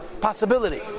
possibility